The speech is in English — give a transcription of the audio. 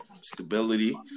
Stability